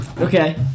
Okay